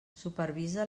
supervisa